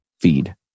feed